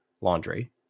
laundry